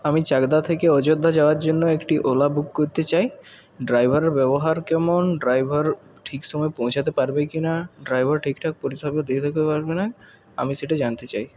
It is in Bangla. আমি চাকদা থেকে অযোধ্যা যাওয়ার জন্য একটি ওলা বুক করতে চাই ড্রাইভারের ব্যবহার কেমন ড্রাইভার ঠিক সময়ে পৌঁছাতে পারবে কিনা ড্রাইভার ঠিকঠাক পরিষেবা দিয়ে দিতে পারবে কিনা আমি সেটা জানতে চাই